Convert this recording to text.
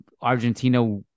Argentina